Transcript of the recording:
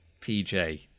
PJ